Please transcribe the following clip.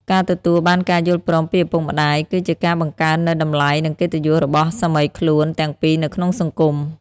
ការទទួលបានការយល់ព្រមពីឪពុកម្ដាយ គឺជាការបង្កើននូវតម្លៃ និងកិត្តិយសរបស់សាមីខ្លួនទាំងពីរនៅក្នុងសង្គម។